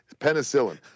Penicillin